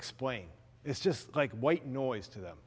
explain it's just like white noise to them